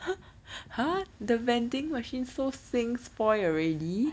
!huh! the vending machine so 新 spoil already